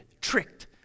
tricked